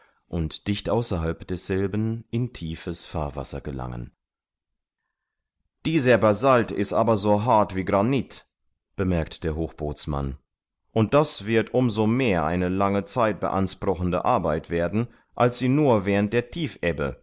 und dicht außerhalb desselben in tiefes fahrwasser gelangen dieser basalt ist aber so hart wie granit bemerkt der hochbootsmann und das wird um so mehr eine lange zeit beanspruchende arbeit werden als sie nur während der tiefebbe